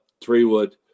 three-wood